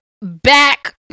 back